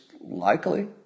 likely